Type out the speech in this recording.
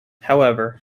however